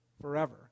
forever